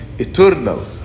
eternal